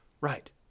Right